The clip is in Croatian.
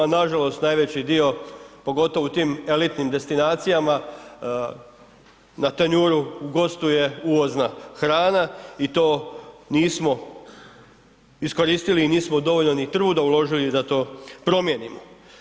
Nažalost najveći dio pogotovo u tim elitnim destinacijama na tanjuru gostuje uvozna hrana i to nismo iskoristili i nismo dovoljno ni truda uložili da to promijenimo.